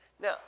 Now